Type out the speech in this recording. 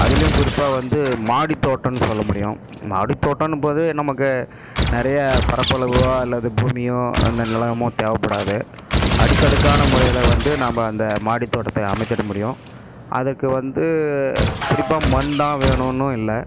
அதுலையும் குறிப்பாக வந்து மாடி தோட்டோம்னு சொல்ல முடியும் மாடி தோட்டோம்னும்போது நமக்கு நிறைய பரப்பளவோ அல்லது பூமியோ அந்த நிலமோ தேவைப்படாது அடுக்கடுக்கான முறையில் வந்து நம்ம அந்த மாடி தோட்டத்தை அமைத்திட முடியும் அதற்கு வந்து குறிப்பாக மண்தான் வேணும்னும் இல்லை